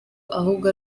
ahubwo